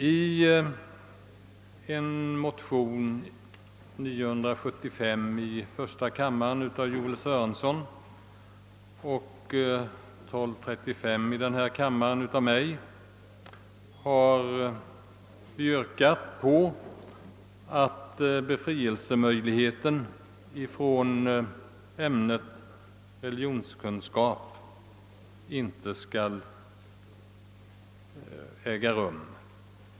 I de likalydande motionerna 1:975 av herr Joel Sörenson och II: 1235 av mig har vi yrkat att den föreslagna befrielsen från religionsundervisningen inte skall få meddelas.